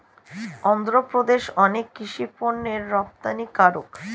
অন্ধ্রপ্রদেশ অনেক কৃষি পণ্যের রপ্তানিকারক